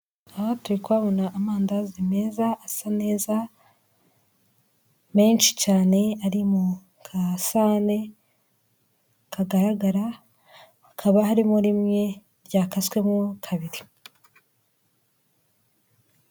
Aha turi kuhabona amandazi meza asa neza, menshi cyane ari mu gasahane kagaragara hakaba harimo rimwe ryakaswemo kabiri.